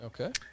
Okay